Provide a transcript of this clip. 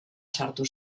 sartu